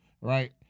Right